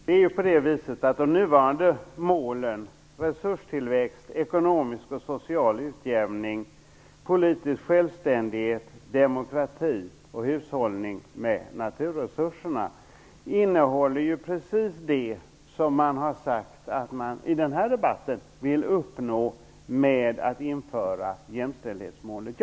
Fru talman! De nuvarande målen - resurstillväxt, ekonomisk och social utjämning, politisk självständighet, demokrati och hushållning med naturresurserna - innehåller ju precis det som man i den här debatten har sagt sig vilja uppnå med att införa jämställdhetsmålet.